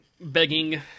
begging